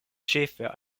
ĉefe